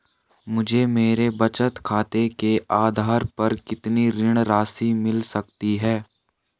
मुझे मेरे बचत खाते के आधार पर कितनी ऋण राशि मिल सकती है?